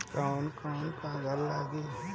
कौन कौन कागज लागी?